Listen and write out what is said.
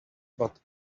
but